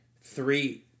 three